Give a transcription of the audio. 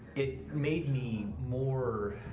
it made me more.